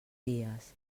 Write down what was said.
dies